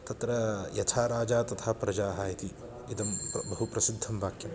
तत्र यथा राजा तथा प्रजाः इति इदं बहु प्रसिद्धं वाक्यं